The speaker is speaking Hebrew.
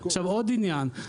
עוד עניין,